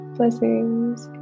Blessings